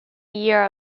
year